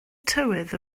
tywydd